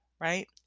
right